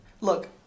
look